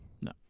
No